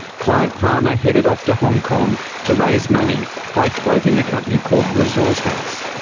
clive palmer headed off to hong kong to raise money by floating a company called resourcehouse.